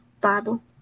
Bible